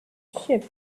ship